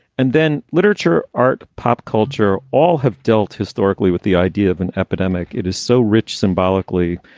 and then literature, art, pop culture. all have dealt historically with the idea of an epidemic. it is so rich symbolically,